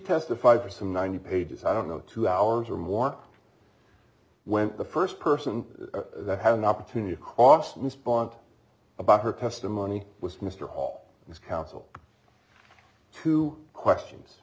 testified for some ninety pages i don't know two hours or more went the first person that had an opportunity cost me sponsor about her testimony was mr all his counsel two questions